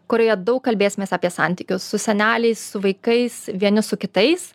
kurioje daug kalbėsimės apie santykius su seneliais su vaikais vieni su kitais